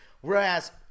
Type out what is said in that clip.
whereas